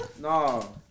No